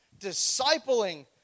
Discipling